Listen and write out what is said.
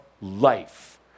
life